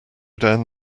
down